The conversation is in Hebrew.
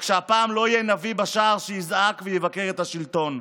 רק שהפעם לא יהיה נביא בשער שיזעק ויבקר את השלטון,